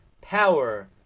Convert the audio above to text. power